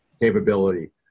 capability